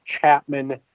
Chapman